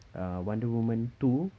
uh wonder woman two